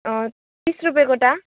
तिस रुपियाँ गोटा